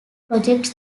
projects